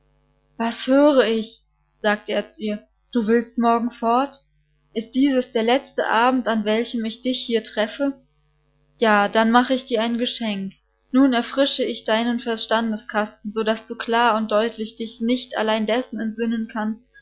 was höre ich sagte er zu ihr du willst morgen fort ist dieses der letzte abend an welchem ich dich hier treffe ja dann mache ich dir ein geschenk nun erfrische ich deinen verstandeskasten sodaß du klar und deutlich dich nicht allein dessen entsinnen kannst